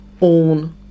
own